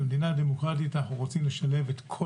במדינה דמוקרטית אנחנו רוצים לשלב את כל